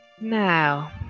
now